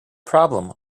problem